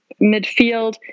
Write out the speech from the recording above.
midfield